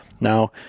now